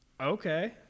okay